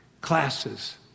classes